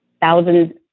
thousands